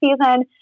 season